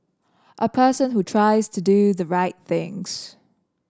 a person who tries to do the right things